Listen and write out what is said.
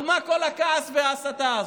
על מה כל הכעס וההסתה הזאת,